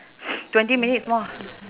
twenty minutes more